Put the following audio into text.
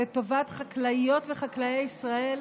לטובת חקלאיות וחקלאי ישראל,